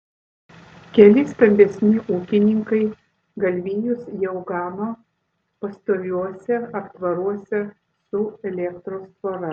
keli stambesni ūkininkai galvijus jau gano pastoviuose aptvaruose su elektros tvora